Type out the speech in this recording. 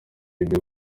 ibyo